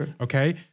okay